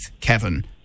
Kevin